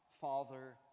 Father